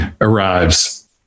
arrives